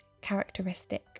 characteristic